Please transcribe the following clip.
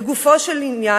לגופו של עניין,